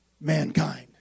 mankind